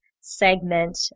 segment